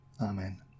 Amen